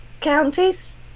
counties